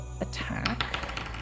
attack